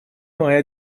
моя